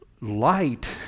light